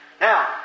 Now